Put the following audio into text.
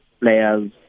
players